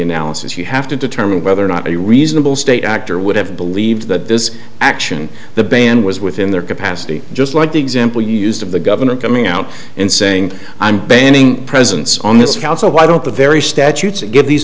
analysis you have to determine whether or not a reasonable state actor would have believed that this action the ban was within their capacity just like the example you used of the government coming out and saying i'm banning presence on this council why don't the very statutes give these